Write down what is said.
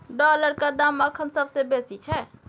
डॉलरक दाम अखन सबसे बेसी छै